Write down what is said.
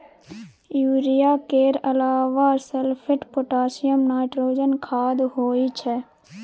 urea केर अलाबा sulphate, potassium, nitrogen खाद होइ छै